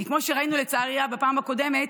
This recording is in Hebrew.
כי כמו שראינו, לצערי, בפעם הקודמת,